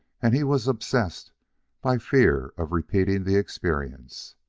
and he was obsessed by fear of repeating the experience.